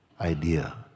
idea